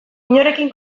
inorekin